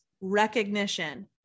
recognition